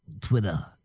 Twitter